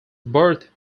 birth